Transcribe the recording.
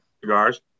cigars